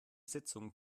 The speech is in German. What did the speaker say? sitzung